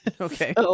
okay